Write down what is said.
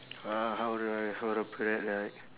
uh how do I how do I put it like